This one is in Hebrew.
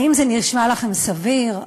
האם זה נשמע לכם סביר?